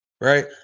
right